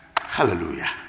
hallelujah